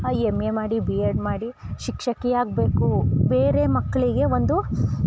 M A ಮಾಡಿ B Ed ಮಾಡಿ ಶಿಕ್ಷಕಿಯಾಗಬೇಕು ಬೇರೆ ಮಕ್ಕಳಿಗೆ ಒಂದು